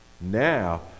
Now